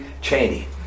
Cheney